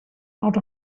out